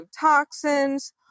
toxins